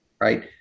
Right